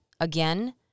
again